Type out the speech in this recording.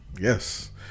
yes